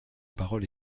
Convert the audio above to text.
parole